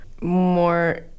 more